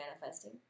manifesting